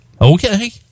Okay